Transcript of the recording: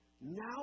now